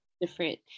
different